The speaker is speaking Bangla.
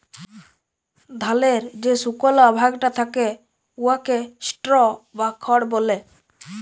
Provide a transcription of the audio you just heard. ধালের যে সুকলা ভাগটা থ্যাকে উয়াকে স্ট্র বা খড় ব্যলে